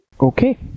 Okay